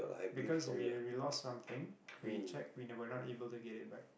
because we we lost something we checked we were not able to get it back